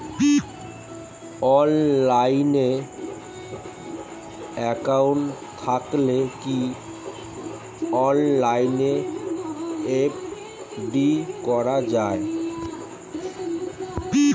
Online account থাকলে কি অনলাইনে এফ.ডি করা যায়?